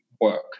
work